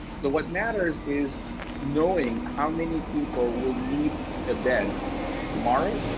so what matters is knowing how many people will need a bed tomorrow,